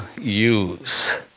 use